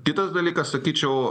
kitas dalykas sakyčiau